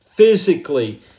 Physically